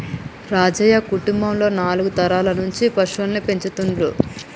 రాజయ్య కుటుంబం నాలుగు తరాల నుంచి పశువుల్ని పెంచుతుండ్లు